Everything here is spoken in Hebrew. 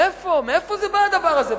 מאיפה זה בא הדבר הזה?